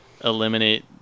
eliminate